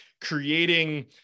creating